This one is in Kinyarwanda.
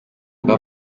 mba